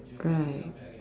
right